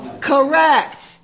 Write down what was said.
Correct